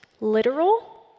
literal